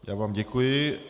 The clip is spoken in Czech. Já vám děkuji.